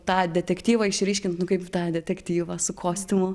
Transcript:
tą detektyvą išryškint nu kaip tą detektyvą su kostiumu